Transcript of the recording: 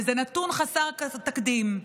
וזה נתון חסר תקדים.